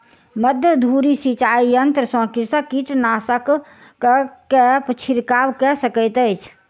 मध्य धूरी सिचाई यंत्र सॅ कृषक कीटनाशक के छिड़काव कय सकैत अछि